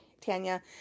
Tanya